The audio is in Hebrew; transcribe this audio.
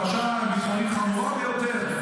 פרשה ביטחונית חמורה ביותר.